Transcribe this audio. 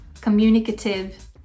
communicative